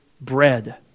bread